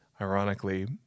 ironically